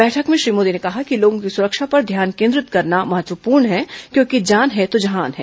बैठक में श्री मोदी ने कहा कि लोगों की सुरक्षा पर ध्यान केंद्रित करना महत्वपूर्ण है क्योंकि जान है तो जहान है